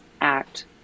act